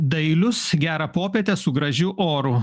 dailius gerą popietę su gražiu oru